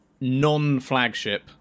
non-flagship